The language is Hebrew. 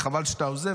חבל שאתה עוזב,